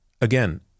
again